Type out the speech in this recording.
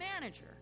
manager